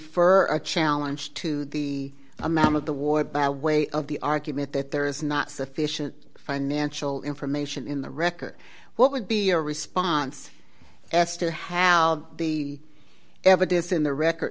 infer a challenge to the amount of the war by way of the argument that there is not sufficient financial information in the record what would be your response ester have the evidence in the record